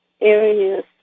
areas